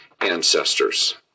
ancestors